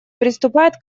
приступает